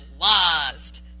lost